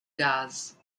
gas